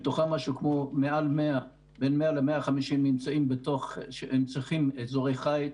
מתוכם משהו כמו בין 100 ל-150 צריכים אזורי חיץ.